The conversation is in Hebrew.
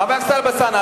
חבר הכנסת אלסאנע,